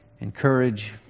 encourage